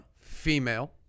Female